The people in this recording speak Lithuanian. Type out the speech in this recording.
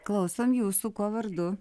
klausom jūsų kuo vardu